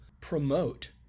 promote